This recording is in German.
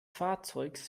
fahrzeugs